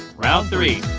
round three.